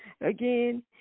Again